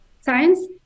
science